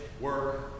work